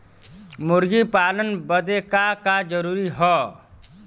मुर्गी पालन बदे का का जरूरी ह?